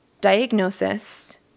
diagnosis